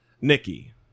Nikki